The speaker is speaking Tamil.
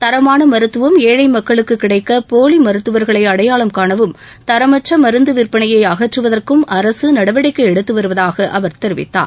தரமான மருத்துவம் ஏழை மக்களுக்கு கிடைக்க போலி மருத்துவர்களை அடையாளம் காணவும் தரமற்ற மருந்து விற்பனையை அகற்றுவதற்கும் அரசு நடவடிக்கை எடுத்து வருவதாக அவர் தெரிவித்தார்